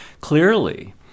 Clearly